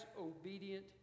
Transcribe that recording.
obedient